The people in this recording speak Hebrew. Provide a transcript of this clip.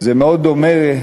זה מאוד דומה,